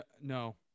No